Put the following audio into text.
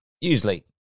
usually